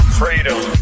freedom